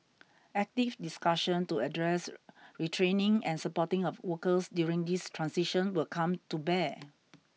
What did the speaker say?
active discussion to address retraining and supporting of workers during this transition will come to bear